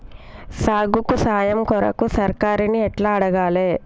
సాగుకు సాయం కొరకు సర్కారుని ఎట్ల అడగాలే?